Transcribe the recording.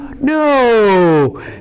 No